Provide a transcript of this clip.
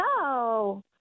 No